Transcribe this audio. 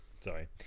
sorry